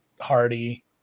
Hardy